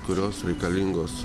kurios reikalingos